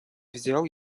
взял